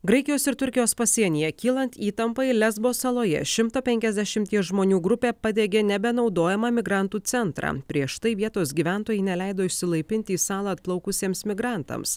graikijos ir turkijos pasienyje kylant įtampai lesbo saloje šimto penkiasdešimties žmonių grupė padegė nebenaudojamą migrantų centrą prieš tai vietos gyventojai neleido išsilaipinti į salą atplaukusiems migrantams